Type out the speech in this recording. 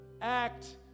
act